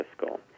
fiscal